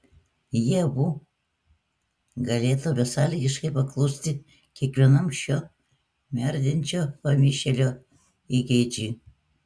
jie abu galėtų besąlygiškai paklusti kiekvienam šio merdinčio pamišėlio įgeidžiui